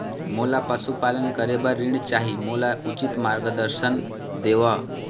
मोला पशुपालन करे बर ऋण चाही, मोला उचित मार्गदर्शन देव?